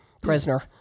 Prisoner